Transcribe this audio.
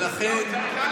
בבקשה, קיש.